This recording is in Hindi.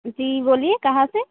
जी बोलिए कहाँ से